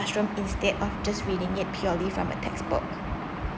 classroom instead of just reading it purely from a textbook